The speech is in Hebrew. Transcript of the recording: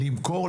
למכור,